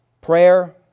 prayer